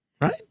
Right